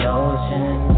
ocean